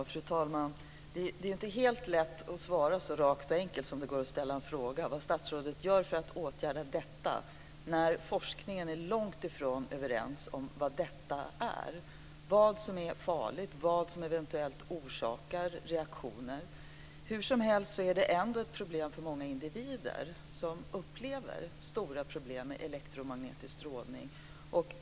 Fru talman! Det är inte lika lätt att svara rakt och enkelt som det är att ställa frågan vad statsrådet gör för att åtgärda detta, när forskningen är långtifrån överens om vad "detta" är - vad som är farligt och vad som eventuellt orsakar reaktioner. Hur som helst är detta ändå ett problem för många individer som upplever stora problem med elektromagnetisk strålning.